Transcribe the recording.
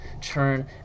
turn